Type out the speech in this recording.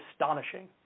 astonishing